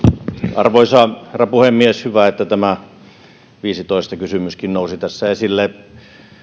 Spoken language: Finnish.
arvoisa herra puhemies hyvä että tämä vuoden viisitoista kysymyskin nousi tässä esille